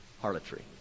harlotry